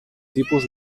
tipus